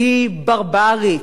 הוא ברברי.